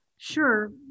Sure